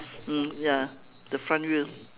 mm ya the front wheel